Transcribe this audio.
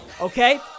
okay